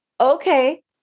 okay